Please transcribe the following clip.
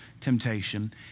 temptation